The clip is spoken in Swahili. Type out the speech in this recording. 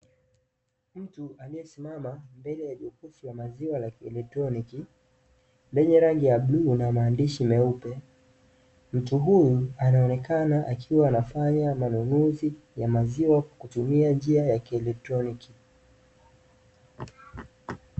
Mtu aliyesimama mbele ya jokofu la maziwa la kielektroniki, lenye rangi ya bluu na maandishi meupe. Mtu huyu anaonekana akiwa anafanya manunuzi ya maziwa kwa kutumia njia ya kielektroniki.